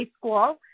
school